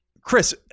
Chris